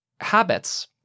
Habits